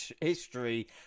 history